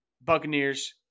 Buccaneers